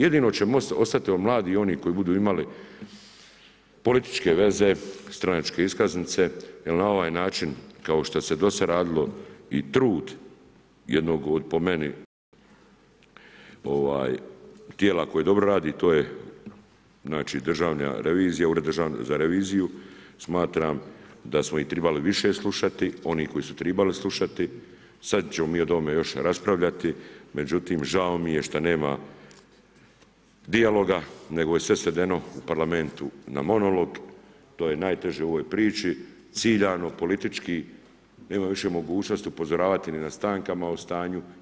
Jedino će vam ostati mladi i oni koji budu imali političke veze, stranačke iskaznice, jer na ovaj način, kao što se dosad radilo i trud, jednog po meni, tijela koja dobro radi to je Državna revizija, Ured za državnu reviziju, smatram da smo ih trebali više slušati, oni koji su trebali slušati, sada ćemo mi o tome još raspravljati, međutim, žao mi je što nema dijaloga, nego je sve svedeno u Parlamentu na monolog, to je najteže u ovoj priči, ciljano, politički, nema više mogućnost upozoravati ni na stankama u stanju.